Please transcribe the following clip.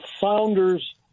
founders